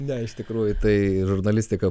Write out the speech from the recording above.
ne iš tikrųjų tai žurnalistika